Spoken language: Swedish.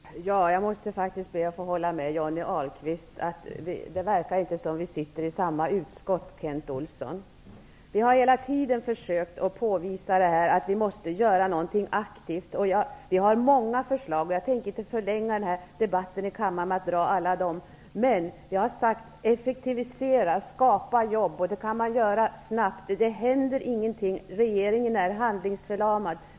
Fru talman! Jag måste faktiskt hålla med Johnny Ahlqvist. Det verkar inte som om vi sitter i samma utskott, Kent Olsson. Vi har hela tiden försökt att påvisa att vi måste göra något aktivt. Vi har många förslag, men jag tänker inte förlänga debatten i kammaren med att nämna dem alla. Vi har sagt att vi måste effektivisera och skapa jobb. Det kan vi göra snabbt. Det händer ingenting. Regeringen är handlingsförlamad.